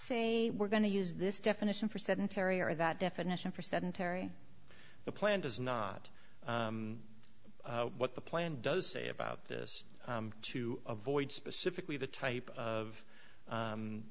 say we're going to use this definition for sedentary or that definition for sedentary the plan does not what the plan does say about this to avoid specifically the type of